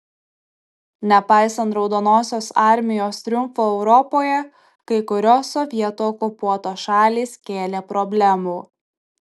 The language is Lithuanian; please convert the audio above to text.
nepaisant raudonosios armijos triumfo europoje kai kurios sovietų okupuotos šalys kėlė problemų